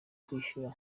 kwishyura